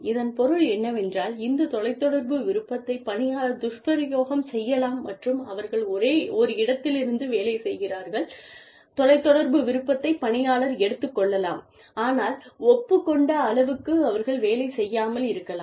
இதன் பொருள் என்னவென்றால் இந்த தொலைத்தொடர்பு விருப்பத்தை பணியாளர் துஷ்பிரயோகம் செய்யலாம் மற்றும் அவர்கள் ஒரு இடத்திலிருந்து வேலை செய்கிறார்கள் தொலைத் தொடர்பு விருப்பத்தை பணியாளர் எடுத்துக் கொள்ளலாம் ஆனால் ஒப்புக் கொண்ட அளவுக்கு அவர்கள் வேலை செய்யாமல் இருக்கலாம்